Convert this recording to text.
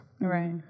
right